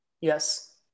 Yes